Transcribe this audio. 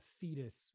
fetus